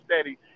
steady